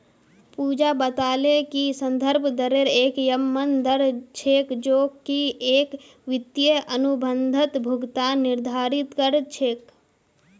पूजा बताले कि संदर्भ दरेर एक यममन दर छेक जो की एक वित्तीय अनुबंधत भुगतान निर्धारित कर छेक